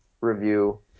review